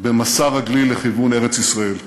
במסע רגלי לכיוון ארץ-ישראל.